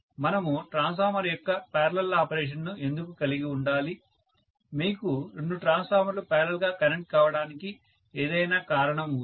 మనము ట్రాన్స్ఫార్మర్ యొక్క parallel operation ను ఎందుకు కలిగి ఉండాలి మీకు రెండు ట్రాన్స్ఫార్మర్లు పారలల్ గా కనెక్ట్ కావడానికి ఏదైనా కారణం ఉందా